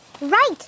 Right